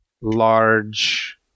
large